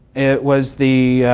it was the